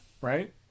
right